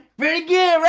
very good right,